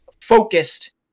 focused